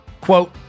Quote